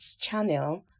channel